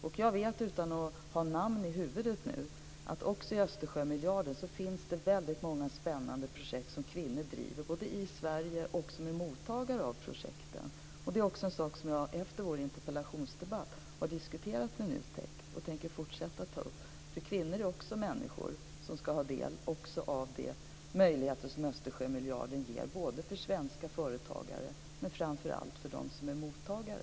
Utan att ha några namn i huvudet vet jag att det inom Östersjömiljarden finns väldigt många spännande projekt som kvinnor driver, både i Sverige och bland mottagare av projekten. Detta är också en sak som jag, efter vår interpellationsdebatt, har diskuterat med NUTEK och som jag tänker fortsätta att diskutera. Kvinnor är också människor som har rätt att få del av de möjligheter som Östersjömiljarden ger, både för svenska företagare och framför allt för dem som är mottagare.